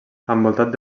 envoltat